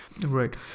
Right